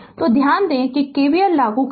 तो ध्यान दें कि KVL लागू करना